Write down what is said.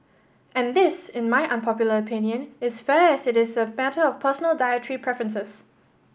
and this in my unpopular opinion is fair as it is a matter of personal dietary preferences